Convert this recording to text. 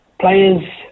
players